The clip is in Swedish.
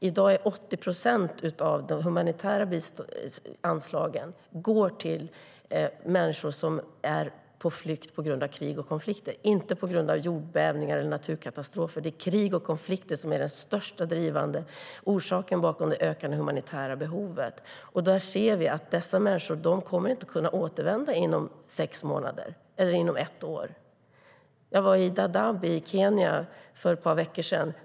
I dag går 80 procent av de humanitära anslagen till människor som är på flykt på grund av krig och konflikter. Det är inte jordbävningar och naturkatastrofer utan krig och konflikter som är den starkast drivande orsaken till det ökande humanitära behovet. Dessa människor kommer inte att kunna återvända inom sex månader eller ett år. Jag var i Dadaab i Kenya för ett par veckor sedan.